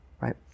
Right